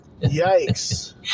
Yikes